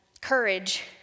Courage